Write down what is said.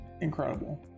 incredible